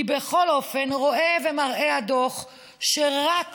כי בכל אופן, רואה ומראה הדוח שרק